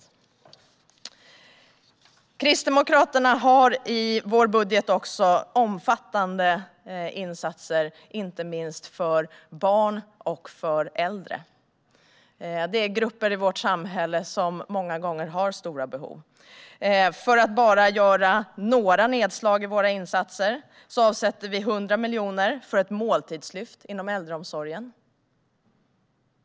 Vi kristdemokrater har i vår budget också omfattande insatser inte minst för barn och äldre. Det är grupper i vårt samhälle som många gånger har stora behov. För att bara göra några nedslag i våra insatser avsätter vi 100 miljoner för ett måltidslyft inom äldreomsorgen.